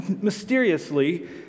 mysteriously